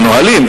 שהנהלים,